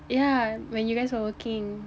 yeah when you guys were working